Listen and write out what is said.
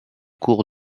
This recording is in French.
cour